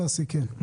ששי, תמשיך.